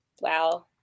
Wow